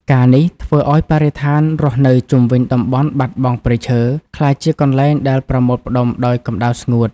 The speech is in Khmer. ការណ៍នេះធ្វើឱ្យបរិស្ថានរស់នៅជុំវិញតំបន់បាត់បង់ព្រៃឈើ ក្លាយជាកន្លែងដែលប្រមូលផ្ដុំដោយកម្ដៅស្ងួត។